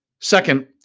second